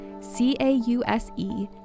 C-A-U-S-E